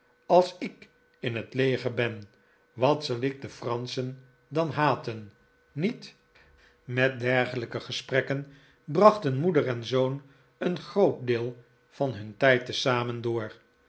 als ik in het leger ben wat zal ik de franschen dan haten niet met dergelijke gesprekken brachten moeder en zoon een groot deel van hun tijd te zamen door